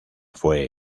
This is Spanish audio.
fue